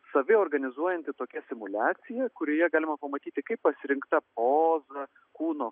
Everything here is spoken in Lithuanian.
saviorganizuojanti tokia simuliacija kurioje galima pamatyti kaip pasirinkta poza kūno